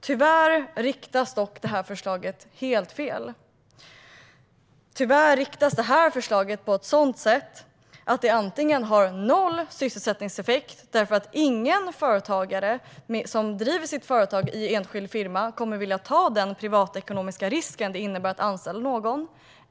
Tyvärr riktas förslaget dock helt fel. Tyvärr riktas förslaget på ett sådant sätt att det får noll sysselsättningseffekt. Ingen företagare som driver sitt företag som enskild firma kommer att vilja ta den privatekonomiska risk det innebär att anställa någon.